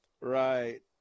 right